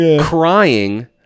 crying